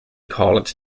college